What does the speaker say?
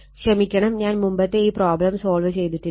ക്ഷമിക്കണം ഞാൻ മുമ്പത്തെ ഈ പ്രോബ്ലം സോൾവ് ചെയ്തിട്ടില്ല